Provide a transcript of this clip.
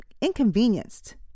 inconvenienced